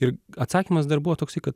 ir atsakymas dar buvo toksai kad